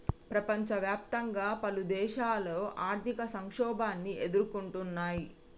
ప్రపంచవ్యాప్తంగా పలుదేశాలు ఆర్థిక సంక్షోభాన్ని ఎదుర్కొంటున్నయ్